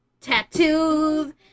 tattoos